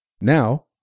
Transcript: Now